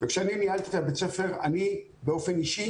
וכשאני ניהלתי את בית הספר אני באופן אישי